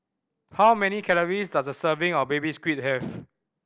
how many calories does a serving of Baby Squid have